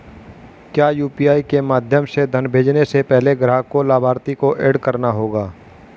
क्या यू.पी.आई के माध्यम से धन भेजने से पहले ग्राहक को लाभार्थी को एड करना होगा?